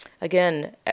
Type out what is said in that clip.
Again